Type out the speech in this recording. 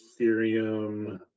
Ethereum